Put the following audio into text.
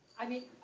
i mean,